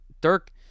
Dirk